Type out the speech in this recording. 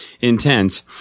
intense